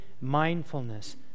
mindfulness